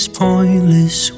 pointless